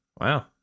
wow